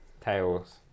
Tails